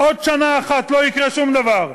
עוד שנה אחת לא יקרה שום דבר.